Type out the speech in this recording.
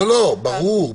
לא, ברור.